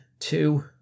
two